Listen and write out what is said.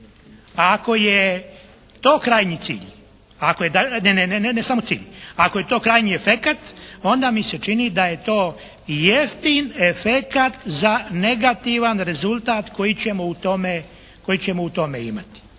ako je to krajnji efekat, onda mi se čini da je to jeftin efekat za negativan rezultat koji ćemo u tome imati.